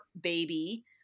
baby